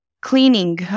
Cleaning